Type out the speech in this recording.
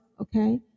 okay